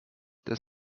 des